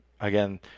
again